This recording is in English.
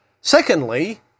Secondly